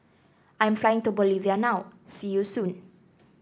I am flying to Bolivia now See you soon